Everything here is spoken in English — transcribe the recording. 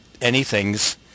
anythings